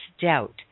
doubt